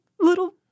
little